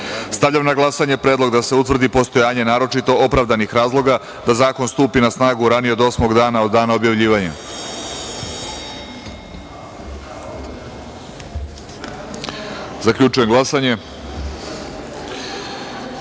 na glasanje predlog da se utvrdi postojanje naročito opravdanih razloga da zakon stupi na snagu ranije od osmog dana od dana objavljivanja. Zaključujem glasanje: